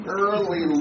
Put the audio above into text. early